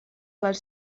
les